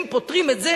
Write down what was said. שאם פותרים את זה,